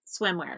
swimwear